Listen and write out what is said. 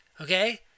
okay